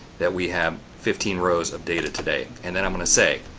that we have fifteen rows of data today. and then i'm going to say,